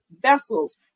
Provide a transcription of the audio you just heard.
vessels